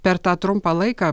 per tą trumpą laiką